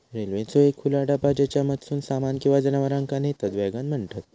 रेल्वेचो एक खुला डबा ज्येच्यामधसून सामान किंवा जनावरांका नेतत वॅगन म्हणतत